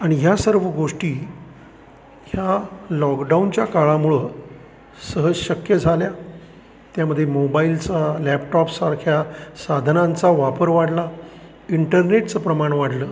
आणि ह्या सर्व गोष्टी ह्या लॉकडाऊनच्या काळामुळं सहज शक्य झाल्या त्यामध्ये मोबाईलचा लॅपटॉपसारख्या साधनांचा वापर वाढला इंटरनेटचं प्रमाण वाढलं